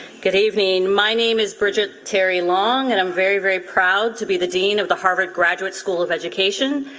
good evening. my name is bridget terry long, and i'm very, very proud to be the dean of the harvard graduate school of education.